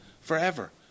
forever